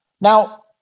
now